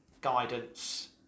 guidance